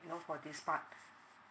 you know for this part